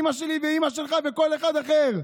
אימא שלך ואימא שלך וכל אחד אחר,